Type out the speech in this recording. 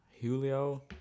Julio